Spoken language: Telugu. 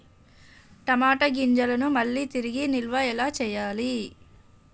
టమాట గింజలను మళ్ళీ తిరిగి నిల్వ ఎలా చేయాలి?